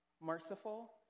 merciful